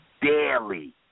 daily